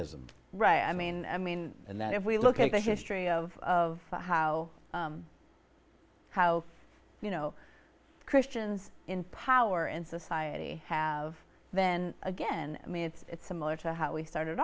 ism right i mean i mean and that if we look at the history of of how how you know christians in power in society have then again i mean it's similar to how we started